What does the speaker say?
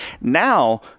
Now